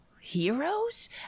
heroes